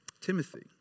Timothy